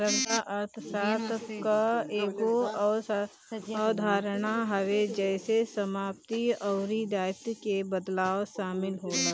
तरलता अर्थशास्त्र कअ एगो अवधारणा हवे जेसे समाप्ति अउरी दायित्व के बदलाव शामिल होला